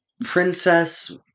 princess